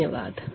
धन्यवाद